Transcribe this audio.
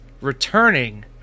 returning